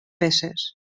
peces